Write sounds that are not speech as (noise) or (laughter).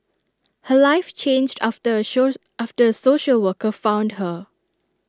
her life changed after A (unintelligible) after A social worker found her